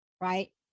right